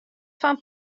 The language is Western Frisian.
fan